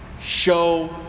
show